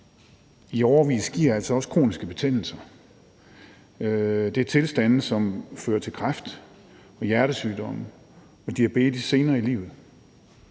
i årevis giver altså også kroniske betændelser. Det er tilstande, som fører til kræft, hjertesygdomme og diabetes senere i livet,